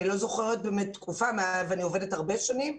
אני לא זוכרת באמת תקופה ואני עובדת הרבה שנים,